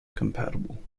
compatible